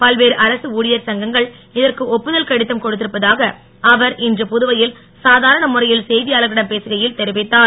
பல்வேறு அரச ஊழியர் சங்கங்கள் இதற்கு ஒப்புதல் கடிதம் கொடுத்திருப்பதாக அவர் இன்று புதுவையில் சாதாரண முறையில் செய்தியாளர்களிடம் பேசுகையில் தெரிவித்தார்